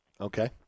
Okay